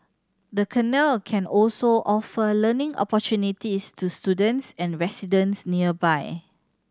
the canal can also offer learning opportunities to students and residents nearby